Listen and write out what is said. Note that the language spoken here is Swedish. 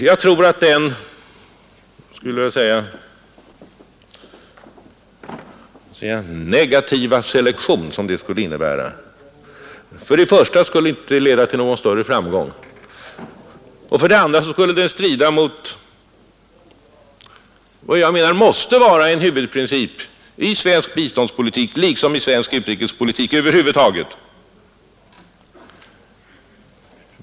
Denna vad jag skulle vilja kalla negativa selektion skulle, tror jag, inte leda till någon större framgång, och den skulle dessutom strida mot vad jag anser måste vara en huvudprincip i svensk biståndspolitik liksom i svensk utrikespolitik över huvud taget.